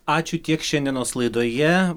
ačiū tiek šiandienos laidoje